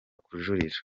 kujurira